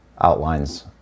outlines